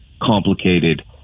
complicated